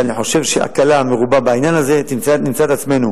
אבל אני חושב שבהקלה המרובה בעניין הזה נמצא את עצמנו